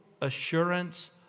assurance